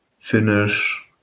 finish